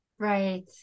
Right